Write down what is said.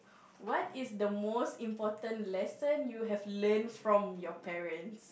what is the most important lesson you have learnt from your parents